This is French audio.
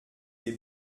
des